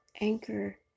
anchor